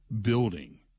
building